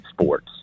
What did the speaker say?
sports